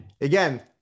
Again